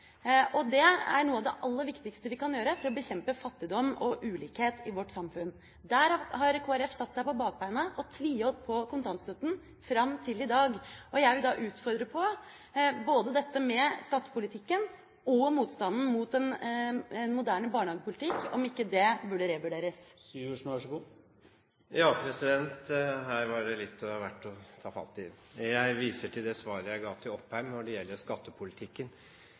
Det er noe av det aller viktigste vi kan gjøre for å bekjempe fattigdom og ulikhet i vårt samfunn. Der har Kristelig Folkeparti satt seg på bakbeina og tviholdt på kontantstøtten fram til i dag. Jeg vil da utfordre på både dette med skattepolitikken og motstanden mot en moderne barnehagepolitikk. Burde ikke dette revurderes? Her var det litt av hvert å ta fatt i. Når det gjelder skattepolitikken, viser jeg til det svaret jeg ga til Opheim. Hvis målet for skattepolitikken